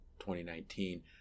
2019